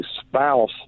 spouse